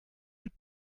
ein